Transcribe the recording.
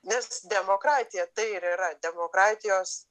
nes demokratija tai ir yra demokratijos